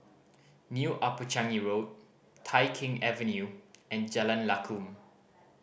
New Upper Changi Road Tai Keng Avenue and Jalan Lakum